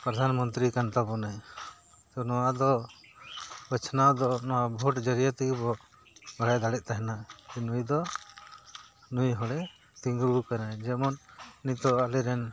ᱯᱨᱚᱫᱷᱟᱱ ᱢᱚᱱᱛᱨᱤ ᱠᱟᱱ ᱛᱟᱵᱚᱱᱟᱭ ᱛᱚ ᱱᱚᱣᱟ ᱫᱚ ᱵᱟᱪᱷᱱᱟᱣ ᱫᱚ ᱱᱚᱣᱟ ᱵᱷᱳᱴ ᱡᱟᱹᱨᱤᱭᱟᱹ ᱛᱮᱜᱮ ᱵᱚᱱ ᱵᱟᱲᱟᱭ ᱫᱟᱲᱮᱜ ᱛᱟᱦᱮᱱᱟ ᱱᱩᱭ ᱫᱚ ᱱᱩᱭ ᱦᱚᱲᱮ ᱛᱤᱸᱜᱩ ᱟᱠᱟᱱᱟᱭ ᱡᱮᱢᱚᱱ ᱱᱤᱛᱳᱜ ᱟᱞᱮᱨᱮᱱ